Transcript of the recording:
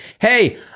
Hey